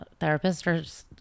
Therapists